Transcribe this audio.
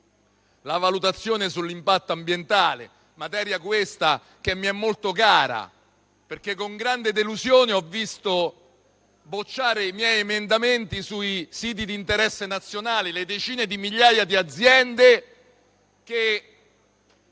la valutazione sull'impatto ambientale; materia quest'ultima che mi è molto cara perché, con grande delusione, ho visto bocciare i miei emendamenti sui siti di interesse nazionale, relativamente alle decine di migliaia di aziende che